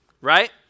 right